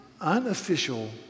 unofficial